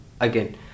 again